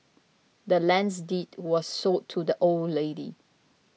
the land's deed was sold to the old lady